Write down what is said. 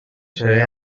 seré